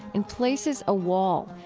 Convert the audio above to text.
in places a wall,